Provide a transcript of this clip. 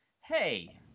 hey